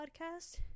podcast